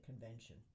convention